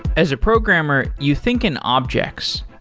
as a programmer, you think in objects.